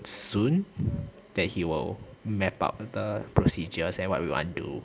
soon that he will map out the procedures and what we want do